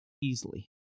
easily